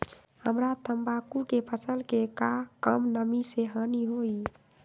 हमरा तंबाकू के फसल के का कम नमी से हानि होई?